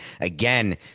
Again